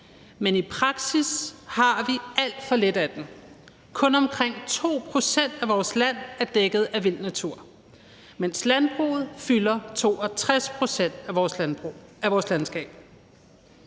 Men i praksis har vi alt for lidt af den, kun omkring 2 pct. af vores land er dækket af vild natur, mens landbruget fylder 62 pct. af vores landskab.